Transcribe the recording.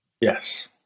Yes